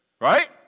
Right